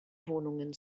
wohnungen